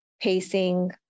pacing